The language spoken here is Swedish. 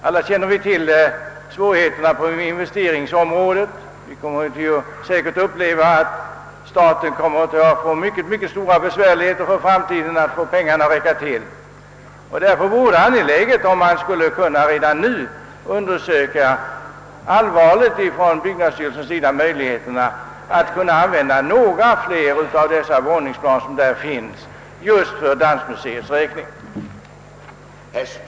Alla känner till svårigheterna på investeringsområdet, och staten kommer nog för framtiden att ha mycket svårt att få pengarna att räcka till. Det vore därför angeläget om byggnadsstyrelsen redan nu allvarligt kunde undersöka möjligheterna till att för Dansmuseets räkning använda några fler av de våningsplan, som finns i utrikesministerhotellet.